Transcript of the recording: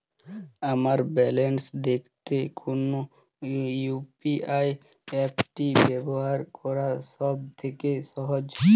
আমার ব্যালান্স দেখতে কোন ইউ.পি.আই অ্যাপটি ব্যবহার করা সব থেকে সহজ?